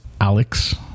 Alex